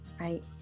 right